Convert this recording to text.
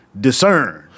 discern